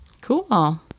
Cool